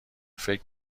فکر